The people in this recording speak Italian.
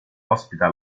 ospita